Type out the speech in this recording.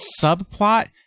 subplot